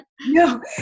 No